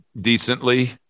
decently